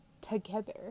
together